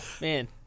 Man